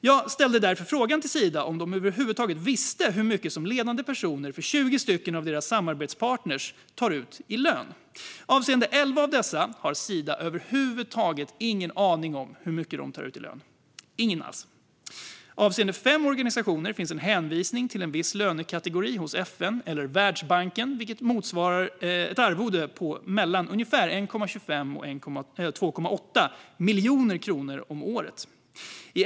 Jag ställde därför frågan till Sida om de över huvud taget vet hur mycket ledande personer hos 20 av deras samarbetspartner tar ut i lön. Avseende 11 av dem har Sida över huvud taget ingen aning alls om hur mycket de tar ut i lön. Avseende 5 organisationer finns en hänvisning till en viss lönekategori hos FN eller Världsbanken, vilket motsvarar ett arvode på mellan 1,25 och 2,8 miljoner kronor om året.